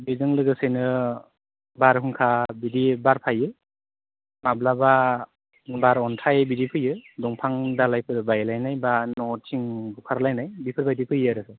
बेजों लोगोसेनो बारहुंखा बिदि बारफायो माब्लाबा बार अन्थाइ बिदि फैयो दंफां दालाइफोर बायलाइनाय बा न' थिं बुखारलाइनाय बेफोर बायदि फैयो आरो